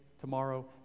tomorrow